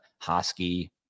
Hosky